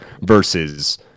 versus